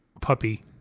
puppy